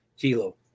Kilo